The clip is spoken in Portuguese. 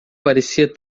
parecia